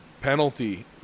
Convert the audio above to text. penalty